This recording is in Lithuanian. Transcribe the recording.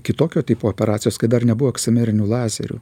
kitokio tipo operacijos kai dar nebuvo eksimerinių lazerių